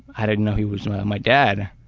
i didn't know he was my dad.